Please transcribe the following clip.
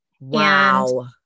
Wow